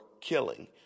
killing